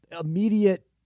immediate